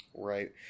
Right